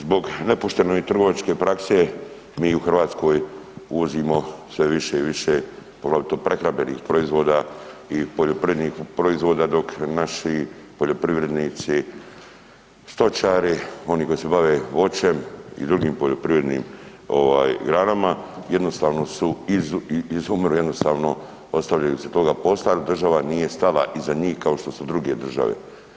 Zbog nepoštene trgovačke prakse, mi u Hrvatskoj uvozimo sve više i više, poglavito prehrambenih proizvoda i poljoprivrednih proizvoda dok naši poljoprivrednici, stočari, oni koji se bave voćem i drugim poljoprivrednim grana jednostavno su izumrli, jednostavno ostavili su se toga posla jer država nije stala iza njih kao što su druge države.